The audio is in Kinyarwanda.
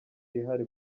ihari